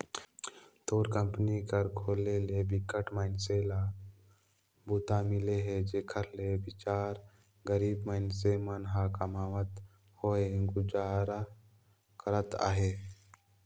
तोर कंपनी कर खोले ले बिकट मइनसे ल बूता मिले हे जेखर ले बिचार गरीब मइनसे मन ह कमावत होय गुजर करत अहे